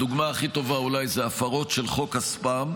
הדוגמה הכי טובה היא אולי ההפרות של חוק הספאם,